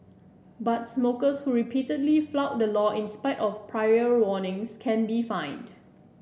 but smokers who repeatedly flout the law in spite of prior warnings can be fined